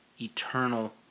eternal